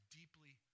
deeply